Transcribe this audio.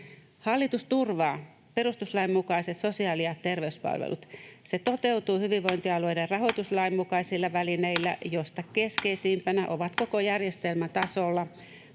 Hallitus turvaa perustuslain mukaiset sosiaali- ja terveyspalvelut. Se toteutuu hyvinvointialueiden rahoituslain mukaisilla välineillä, joista keskeisimpänä ovat koko järjestelmän tasolla